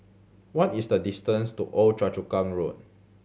what is the distance to Old Choa Chu Kang Road